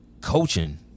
Coaching